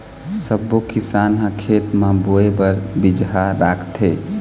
सब्बो किसान ह खेत म बोए बर बिजहा राखथे